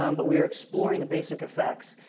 um but we were exploring the basic effects.